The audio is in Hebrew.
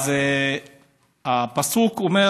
אז הפסוק אומר